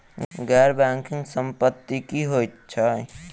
गैर बैंकिंग संपति की होइत छैक?